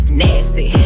nasty